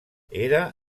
era